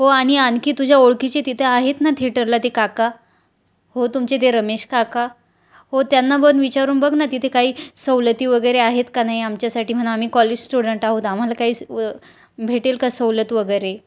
हो आणि आणखी तुझ्या ओळखीचे तिथे आहेत ना थिएटरला ते काका हो तुमचे ते रमेश काका हो त्यांना पण विचारून बघ ना तिथे काही सवलती वगैरे आहेत का नाही आमच्यासाठी म्हणा आम्ही कॉलेज स्टुडंट आहोत आम्हाला काही स भेटेल का सवलत वगैरे